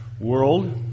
world